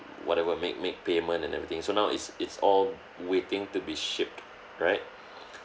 whatever make make payment and everything so now it's it's all waiting to be shipped right